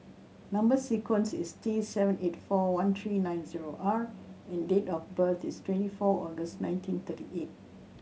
number sequence is T seven eight four one three nine zero R and date of birth is twenty four August nineteen thirty eight